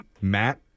Matt